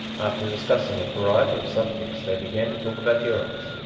after discussing a variety of subjects they began to talk about heroes,